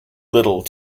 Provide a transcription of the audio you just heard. little